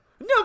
No